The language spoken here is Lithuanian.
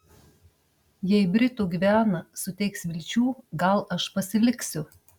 jei britų gviana suteiks vilčių gal aš pasiliksiu